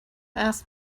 ask